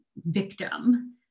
victim